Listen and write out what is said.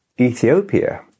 Ethiopia